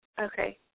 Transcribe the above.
okay